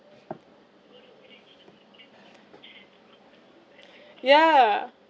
yeah